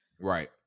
Right